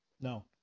No